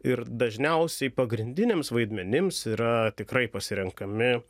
ir dažniausiai pagrindiniams vaidmenims yra tikrai pasirenkami